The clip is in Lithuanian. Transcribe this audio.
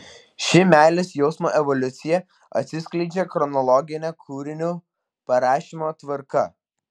ši meilės jausmo evoliucija atsiskleidžia chronologine kūrinių parašymo tvarka